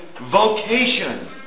vocation